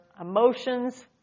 emotions